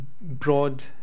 broad